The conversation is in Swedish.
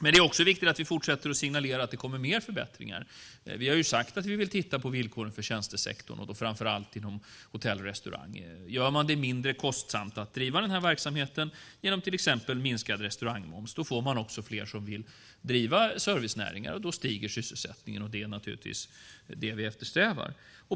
Det är också viktigt att vi fortsätter att signalera att det kommer fler förbättringar. Vi har ju sagt att vi vill titta på villkoren för tjänstesektorn, framför allt inom hotell och restaurang. Gör man det mindre kostsamt att driva den här verksamheten, genom till exempel minskad restaurangmoms, får man också fler som vill driva servicenäringar och då stiger sysselsättningen. Det är naturligtvis det vi eftersträvar.